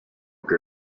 que